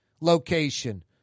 location